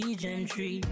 gentry